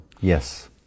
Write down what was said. yes